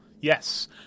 Yes